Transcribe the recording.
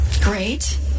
Great